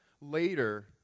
later